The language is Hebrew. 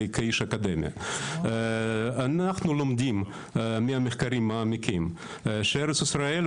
אנחנו לומדים ממחקרים מעמיקים שארץ-ישראל,